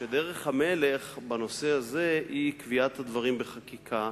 שדרך המלך בנושא הזה היא קביעת הדברים בחקיקה,